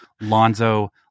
Lonzo